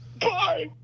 bye